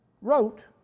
wrote